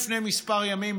לפני כמה ימים,